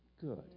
good